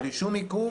בלי שום עיכוב